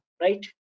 right